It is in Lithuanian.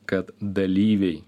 kad dalyviai